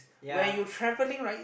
where you travelling right